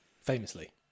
famously